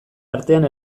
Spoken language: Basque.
artean